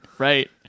Right